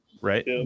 right